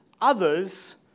others